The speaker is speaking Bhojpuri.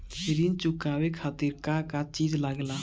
ऋण चुकावे के खातिर का का चिज लागेला?